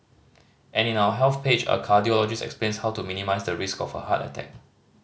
and in our Health page a cardiologist explains how to minimise the risk of a heart attack